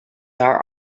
are